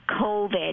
COVID